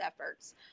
efforts